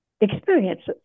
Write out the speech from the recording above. experiences